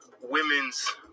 women's